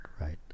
right